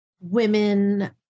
women